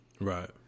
Right